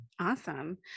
Awesome